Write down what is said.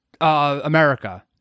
America